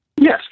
Yes